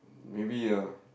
maybe ah